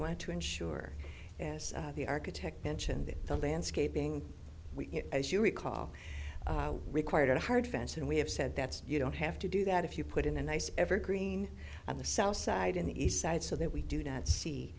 want to ensure as the architect mentioned that the landscaping as you recall required a hard fence and we have said that you don't have to do that if you put in a nice evergreen on the south side in the east side so that we do not see